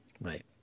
Right